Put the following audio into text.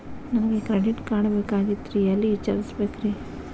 ನನಗೆ credit card ಬೇಕಾಗಿತ್ರಿ ಎಲ್ಲಿ ವಿಚಾರಿಸಬೇಕ್ರಿ?